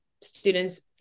students